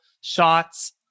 shots